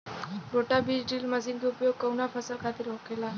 रोटा बिज drill machine के उपयोग कऊना फसल खातिर होखेला?